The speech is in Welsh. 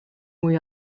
mwy